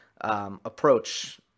approach